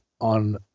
on